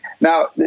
Now